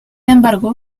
embargo